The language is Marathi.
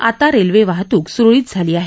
आता रेल्वे वाहतूक सुरळीत झाली आहे